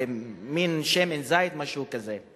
זה מין שמן זית או משהו כזה,